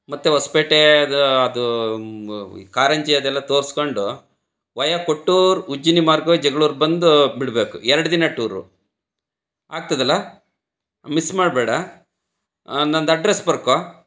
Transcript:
ಮತ್ತೆ ಹೊಸ್ಪೇಟೆ ಅದು ಅದು ಕಾರಂಜಿ ಅದೆಲ್ಲ ತೋರ್ಸ್ಕೊಂಡು ವಯ ಕೊಟ್ಟೂರು ಉಜ್ಜಿನಿ ಮಾರ್ಗ್ವಾಗಿ ಜಗ್ಳೂರು ಬಂದು ಬಿಡ್ಬೇಕು ಎರಡು ದಿನ ಟೂರು ಆಗ್ತದಲ್ಲ ಮಿಸ್ ಮಾಡಬೇಡ ನಂದು ಅಡ್ರೆಸ್ ಬರ್ಕೋ